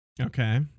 Okay